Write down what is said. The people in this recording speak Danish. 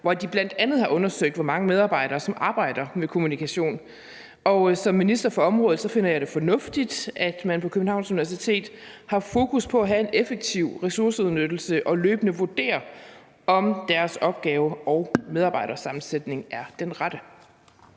hvor de bl.a. har undersøgt, hvor mange medarbejdere der arbejder med kommunikation. Som minister for området finder jeg det fornuftigt, at man på Københavns Universitet har fokus på at have en effektiv ressourceudnyttelse og løbende vurdere, om deres opgave- og medarbejdersammensætning er den rette.